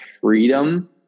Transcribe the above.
freedom